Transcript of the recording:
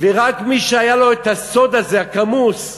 ורק מי שהיה לו הסוד הזה, הכמוס,